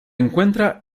encuentra